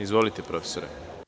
Izvolite, profesore.